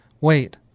Wait